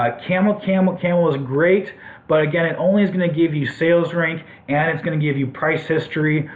ah camel camel camel is great but again it only is going to give you sales rank and it's going to give you price history.